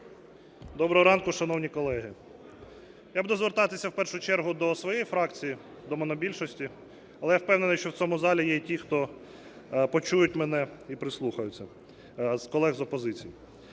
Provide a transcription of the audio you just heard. Доброго ранку, шановні колеги! Я буду звертатися в першу чергу до своєї фракції до монобільшості, але я впевнений, що в цьому залі є і ті, що почують мене і прислухаються з колег з опозиції.